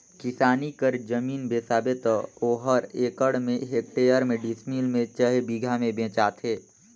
किसानी कर जमीन बेसाबे त ओहर एकड़ में, हेक्टेयर में, डिसमिल में चहे बीघा में बेंचाथे